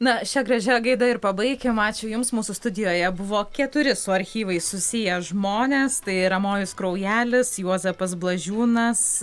na šia gražia gaida ir pabaikim ačiū jums mūsų studijoje buvo keturi su archyvais susiję žmonės tai ramojus kraujelis juozapas blažiūnas